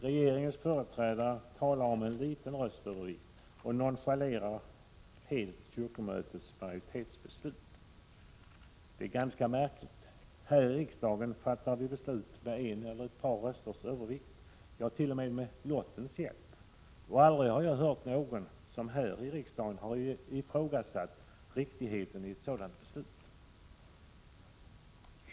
Regeringens företrädare talar om en liten röstövervikt och nonchalerar helt kyrkomötets majoritetsbeslut. Det är ganska märkligt. Här i riksdagen fattar vi beslut med en eller ett par rösters övervikt, ja t.o.m. med lottens hjälp, och aldrig har jag hört någon som här i riksdagen ifrågasatt riktigheten i ett sådant beslut.